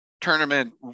tournament